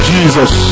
Jesus